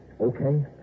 Okay